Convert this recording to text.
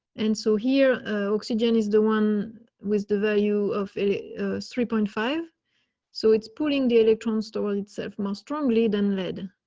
and so here, oxygen is the one with the value of a three point five so it's pulling the electrons to serve more strongly than lead.